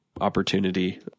opportunity